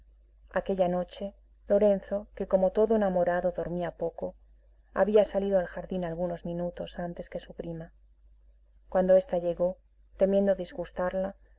aquella noche lorenzo que como todo enamorado dormía poco había salido al jardín algunos minutos antes que su prima cuando esta llegó temiendo disgustarla